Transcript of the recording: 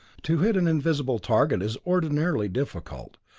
to hit an invisible target is ordinarily difficult,